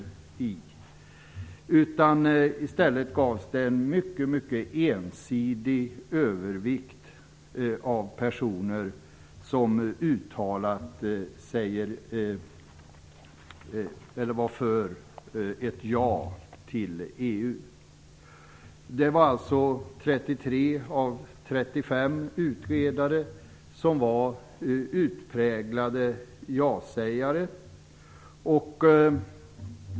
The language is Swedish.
I stället var det en mycket ensidig övervikt av personer som uttalat sig vara för ett ja till EU. Det var 33 av 35 utredare som var utpräglade jasägare.